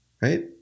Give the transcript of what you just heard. right